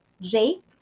Jake